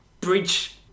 bridge